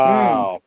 Wow